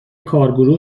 کارگروه